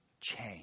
change